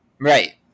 Right